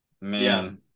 man